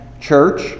church